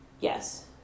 Yes